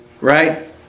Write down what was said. right